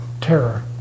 terror